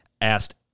asked